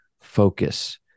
focus